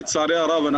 לצערי הרב,